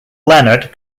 leonard